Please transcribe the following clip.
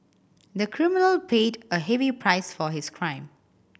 the criminal paid a heavy price for his crime